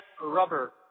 rubber